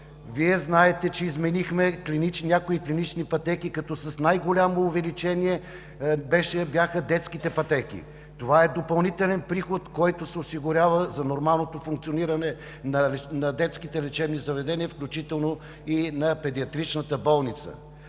Вие знаете, че изменихме някои клинични пътеки, като с най-голямо увеличение бяха детските пътеки. Това е допълнителен приход, който се осигурява за нормалното функциониране на детските лечебни заведения, включително и на Педиатричната болница.